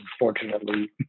unfortunately